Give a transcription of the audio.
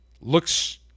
looks